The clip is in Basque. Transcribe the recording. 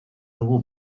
dugu